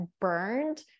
burned